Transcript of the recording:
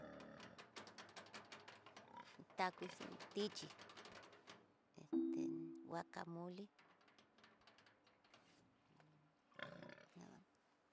Taku xhin tichí, este guacamole